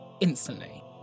Instantly